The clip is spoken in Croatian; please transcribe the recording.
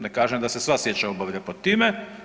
Ne kažem da se sva sječa obavlja pod time.